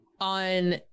on